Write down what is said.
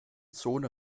zone